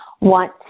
want